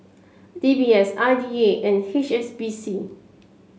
D B S I D A and H S B C